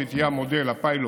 והיא תהיה המודל, הפיילוט,